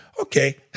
Okay